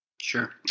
Sure